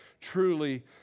truly